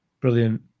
Brilliant